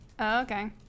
Okay